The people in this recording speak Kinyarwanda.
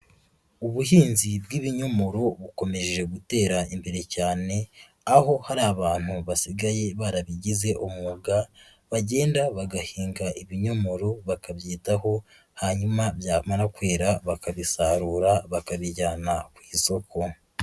Ubuhinzi bw'ibinyomoro bukomeje gutera imbere cyane, aho hari abantu basigaye barabigize umwuga, bagenda bagahinga ibinyomoro bakabyitaho, hanyuma byamara kwera bakabisarura bakabijyana ku isoko.